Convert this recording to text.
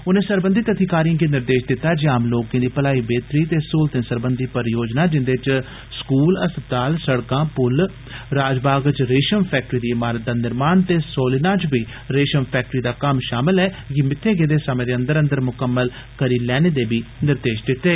उने सरबंधित अधिकारिए गी निर्देष दित्ता जे आम लोके दी भलाई ते सहूलते सरबंधी परियोजना जिन्दे च स्कूल अस्पताल सड़कां पुल राजबाग च रेषम फैक्टरी दी इमारत दा निर्माण ते सोलिना च बी रेषम फैक्टरी दा कम्म षामल ऐ गी मित्थे गेदे समें दे अंदर अंदर मुकम्मल करी लैने दे बी निर्देष दित्ते